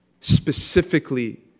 specifically